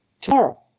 tomorrow